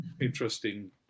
interesting